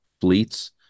fleets